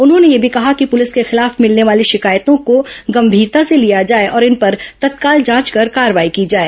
उन्होंने यह भी कहा कि प्रलिस के खिलाफ भिलने वाली शिकायतों को गंभीरता से लिया जाए और इन पर तत्काल जांच कर कार्रवाई की जाए